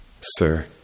Sir